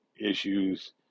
issues